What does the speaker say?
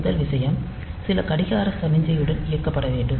முதல் விஷயம் சில கடிகார சமிக்ஞையுடன் இயக்கப்பட வேண்டும்